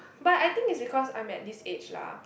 but I think it's because I'm at this age lah